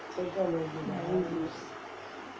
no good